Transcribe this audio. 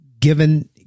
Given